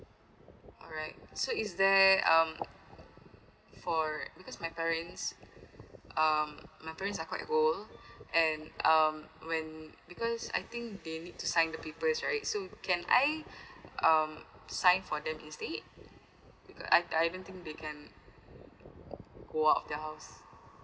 alright so is there um for because my parents um my parents are quite old and um when because I think they need to sign the papers right so can I um sign for them instead I I don't think they can go up down